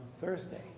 Thursday